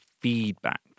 feedback